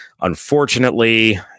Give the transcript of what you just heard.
Unfortunately